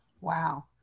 Wow